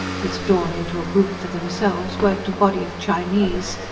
withdrawn into a group for themselves worked a body of chinese,